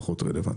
פחות רלוונטי.